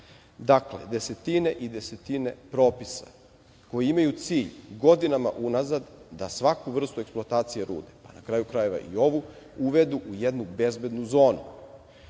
dalje. Dakle, desetine i desetine propisa, koje imaju cilj godinama unazad da svaku vrstu eksploatacije rude, a na kraju krajeva i ovu, uvedu u jednu bezbednu zonu.